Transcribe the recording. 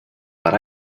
but